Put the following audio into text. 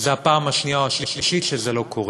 וזו הפעם השנייה או השלישית שזה לא קורה.